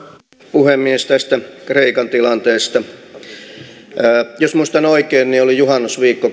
puhemies tästä kreikan tilanteesta jos muistan oikein niin oli juhannusviikko